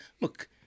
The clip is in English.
Look